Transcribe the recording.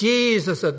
Jesus